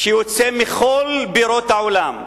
שיוצא מכל בירות העולם.